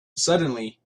suddenly